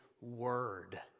word